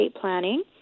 planning